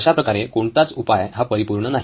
अशाप्रकारे कोणताच उपाय हा परिपूर्ण नाही